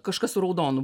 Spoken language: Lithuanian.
kažkas su raudonu